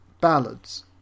ballads